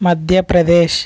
Madhya Pradesh